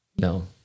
No